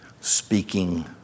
speaking